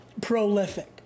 Prolific